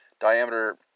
diameter